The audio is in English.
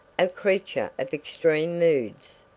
a creature of extreme moods.